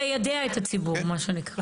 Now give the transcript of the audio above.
ליידע את הציבור מה שנקרא.